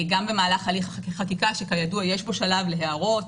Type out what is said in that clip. גם במהלך הליכי חקיקה שכידוע יש בו שלב להערות,